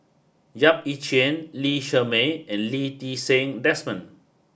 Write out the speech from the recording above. Yap Ee Chian Lee Shermay and Lee Ti Seng Desmond